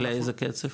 לאיזה קצב?